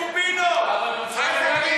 את הקומבינות תמשיכו?